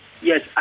Yes